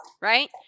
right